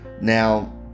Now